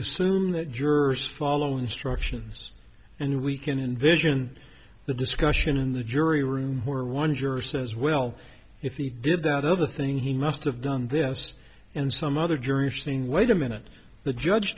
assume that jurors follow instructions and we can envision the discussion in the jury room where one juror says well if he did that other thing he must have done this and some other jury of saying wait a minute the judge